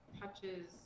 touches